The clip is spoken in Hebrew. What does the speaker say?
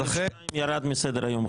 א(2) ירד מסדר-היום.